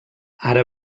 ara